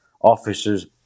officers